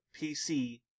pc